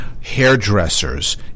hairdressers